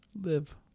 live